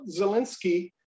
Zelensky